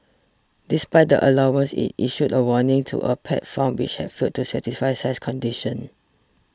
despite the allowance it issued a warning to a pet farm which had failed to satisfy size conditions